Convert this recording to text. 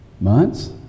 Months